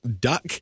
duck